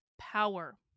power